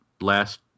last